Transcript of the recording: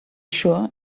sure